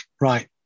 right